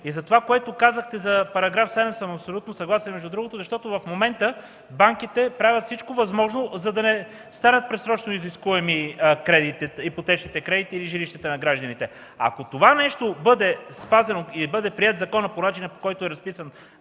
С това, което казахте за § 7, съм абсолютно съгласен, защото в момента банките правят всичко възможно, за да не станат предсрочно изискуеми ипотечните кредити или жилищата на гражданите. Ако това бъде спазено и законът бъде приет по начина, по който е разписан